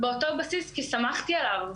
באותו בסיס כי סמכתי עליו.